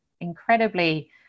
incredibly